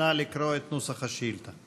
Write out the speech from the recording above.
נא לקרוא את נוסח השאילתה.